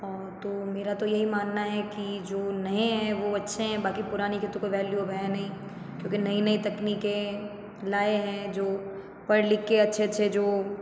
और तो मेरा तो यही मानना है कि जो नए हैं वो अच्छे हैं बाकी पुराने की तो कोई वैल्यू अब है नहीं क्योंकि नई नई तकनीकें लाए हैं जो पढ़ लिखकर अच्छे अच्छे जो